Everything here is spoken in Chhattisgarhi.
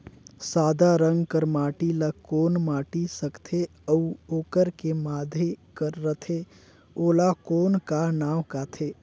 सादा रंग कर माटी ला कौन माटी सकथे अउ ओकर के माधे कर रथे ओला कौन का नाव काथे?